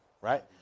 right